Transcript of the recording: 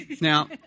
Now